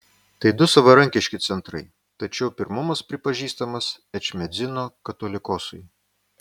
tai du savarankiški centrai tačiau pirmumas pripažįstamas ečmiadzino katolikosui